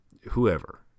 Whoever